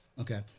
Okay